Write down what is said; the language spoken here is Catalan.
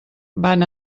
van